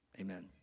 Amen